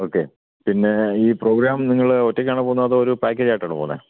okay പിന്നെ ഈ programme നിങ്ങൾ ഒറ്റയ്ക്കാണോ പോകുന്നത് അതോ ഒരു പാക്കേജ് ആയിട്ടാണോ പോണേ